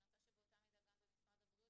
אני רוצה שבאותה מידה גם ממשרד הבריאות